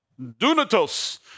Dunatos